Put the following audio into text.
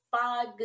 five